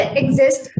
exist